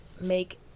make